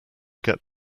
get